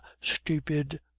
stupid